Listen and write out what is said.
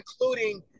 including –